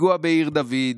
פיגוע בעיר דוד,